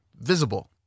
visible